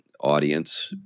audience